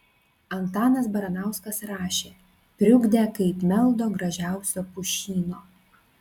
antanas baranauskas rašė priugdę kaip meldo gražiausio pušyno